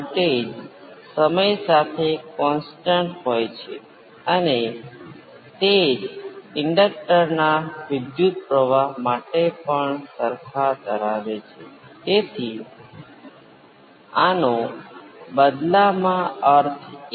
આ રેક્ટેંગ્યુલર સ્વરૂપ તરીકે ઓળખાય છે જ્યાં તમે જટિલ સંખ્યાના x અને y કોઓર્ડિનેટ્સ અથવા પોલાર સ્વરૂપ તરીકે આપો છો જે અહીં એમ્પ્લિટ્યુડ અને આરગ્યુંમેંટ અથવા ખૂણા હોવા જોઈએ